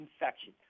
infection